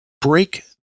break